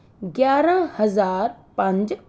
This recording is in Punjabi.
ਗਿਆਰ੍ਹਾਂ ਹਜ਼ਾਰ ਪੰਜ